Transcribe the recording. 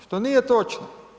Što nije točno.